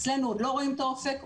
אצלנו עוד לא רואים את האופק,